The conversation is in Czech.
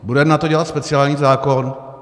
Budeme na to dělat speciální zákon?